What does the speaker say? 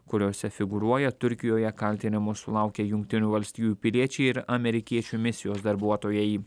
kuriose figūruoja turkijoje kaltinimų sulaukę jungtinių valstijų piliečiai ir amerikiečių misijos darbuotojai